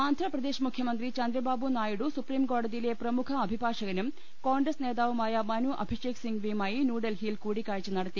ആന്ധ്രപ്രദേശ് മുഖ്യമന്ത്രി ചന്ദ്രബാബു നായിഡു സുപ്രീംകോ ടതിയിലെ പ്രമുഖ അഭിഭാഷകനും കോൺഗ്രസ് നേതാവുമായ മനു അഭിഷേക് സിംഗ്വിയുമായി ന്യൂഡൽഹിയിൽ കൂടിക്കാഴ്ച നടത്തി